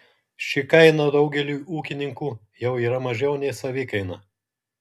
ši kaina daugeliui ūkininkų jau yra mažiau nei savikaina